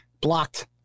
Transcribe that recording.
Blocked